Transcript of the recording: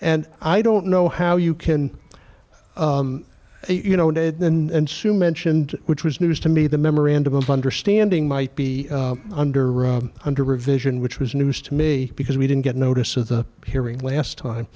and i don't know how you can you know dad and sue mentioned which was news to me the memorandum of understanding might be under or under revision which was news to me because we didn't get notice of the hearing last time